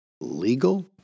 legal